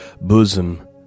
bosom